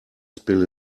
spill